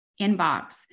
inbox